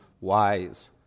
wise